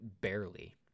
barely